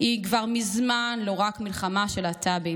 היא כבר מזמן לא רק מלחמה של להט"בים.